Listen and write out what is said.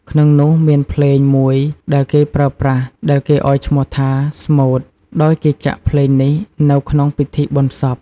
ក្នុងនោះមានភ្លេងមួយដែលគេប្រើប្រាស់ ដែលគេឲ្យឈ្មោះថា ស្មូត ដោយគេចាក់ភ្លេងនេះនៅក្នុងពិធីបុណ្យសព្វ។